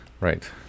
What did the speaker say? right